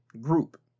group